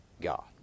God